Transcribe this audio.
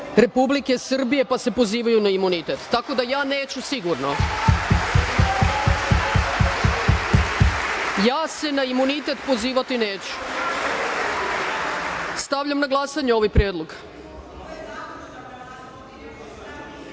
Republike Srbije, pa se pozivaju na imunitet. Tako da, ja neću sigurno. Ja se na imunitet pozivati neću. Stavljam na glasanje ovaj